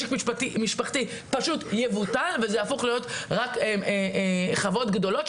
כל האירוע של משק משפחתי פשוט יבוטל וזה יהפוך להיות רק חוות גדולות.